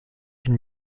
une